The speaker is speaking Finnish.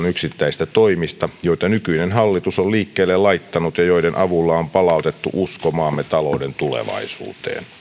yksittäisistä toimista joita nykyinen hallitus on liikkeelle laittanut ja joiden avulla on palautettu usko maamme talouden tulevaisuuteen